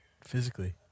physically